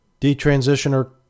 Detransitioner